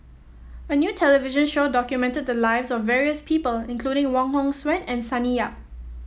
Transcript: a new television show documented the lives of various people including Wong Hong Suen and Sonny Yap